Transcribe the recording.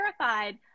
terrified